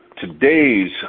today's